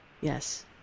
Yes